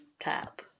tap